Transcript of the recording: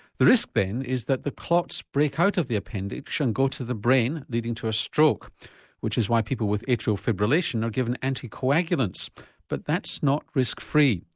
the risk then is that the clots break out of the appendage and go to the brain leading to a stroke which is why people with atrial fibrillation are given anticoagulants but that's not risk free.